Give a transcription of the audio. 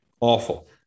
awful